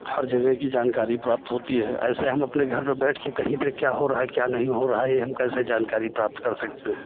हर जगह की जानकारी प्राप्त होती है ऐसे हम अपने घर पर बैठकर कहीं पर क्या हो रहा है क्या नहीं हो रहा है यह हम कैसे जानकारी प्राप्त कर सकते हैं